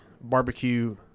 barbecue